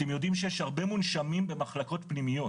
אתם יודעים שיש הרבה מונשמים במחלקות פנימיות